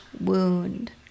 wound